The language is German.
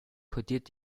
kodiert